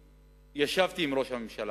ישבתי עם ראש הממשלה,